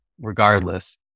regardless